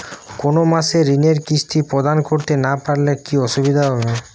কোনো মাসে ঋণের কিস্তি প্রদান করতে না পারলে কি অসুবিধা হবে?